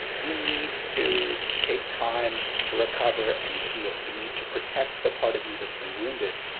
you need to take time to recover and heal. you need to protect the part of you that's been wounded,